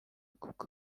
kuko